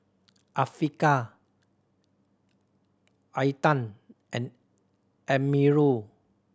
Afiqah Intan and Amirul